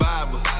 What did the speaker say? Bible